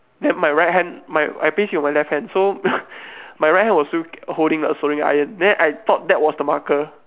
then my right hand my I paste it with my left hand so my right hand was still holding the soldering iron then I thought that was the marker